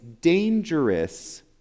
dangerous